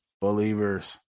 believers